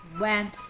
went